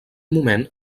moment